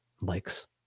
likes